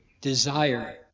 Desire